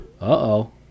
uh-oh